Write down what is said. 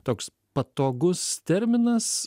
toks patogus terminas